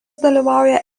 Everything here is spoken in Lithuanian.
dalyvauja